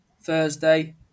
Thursday